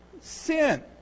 sin